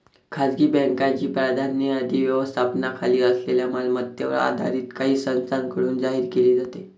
खासगी बँकांची प्राधान्य यादी व्यवस्थापनाखाली असलेल्या मालमत्तेवर आधारित काही संस्थांकडून जाहीर केली जाते